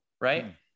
right